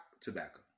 tobacco